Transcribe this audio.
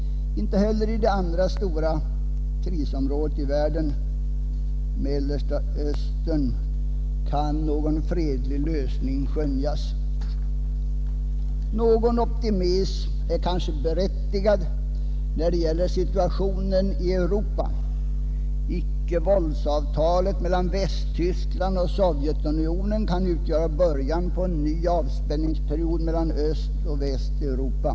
Inte heller i det andra stora krisområdet i världen, Mellersta Östern, kan någon fredlig lösning skönjas. Någon optimism är kanske berättigad när det gäller situationen i Europa. Icke-vålds-avtalet mellan Västtyskland och Sovjetunionen kan utgöra början på en ny avspänningsperiod mellan Öst och Väst i Europa.